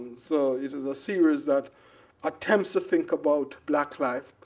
so it is a series that attempts to think about black life,